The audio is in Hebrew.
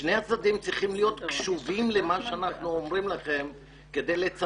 שני הצדדים צריכים להיות קשובים למה שאנחנו אומרים לכם ולהקשיב